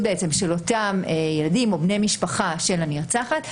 של אותם ילדים ובני משפחה של הנרצחת,